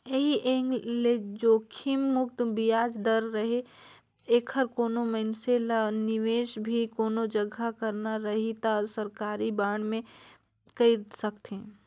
ऐही एंग ले जोखिम मुक्त बियाज दर रहें ऐखर कोनो मइनसे ल निवेस भी कोनो जघा करना रही त सरकारी बांड मे कइर सकथे